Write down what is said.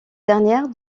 dernière